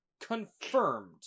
Confirmed